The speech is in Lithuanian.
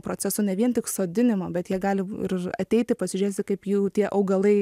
proceso ne vien tik sodinimo bet jie gali ir ateiti pasižiūrėti kaip jų tie augalai